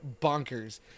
bonkers